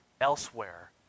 elsewhere